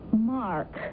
Mark